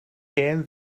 hen